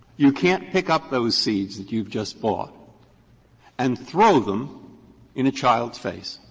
you can't pick up those seeds that you've just bought and throw them in a child's face.